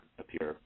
appear